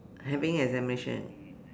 having examination